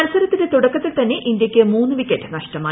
മത്സ്രത്തിന്റെ തുടക്കത്തിൽ തന്നെ ഇന്ത്യയ്ക്ക് മൂന്ന് വിക്കറ്റ് നഷ്ടമായി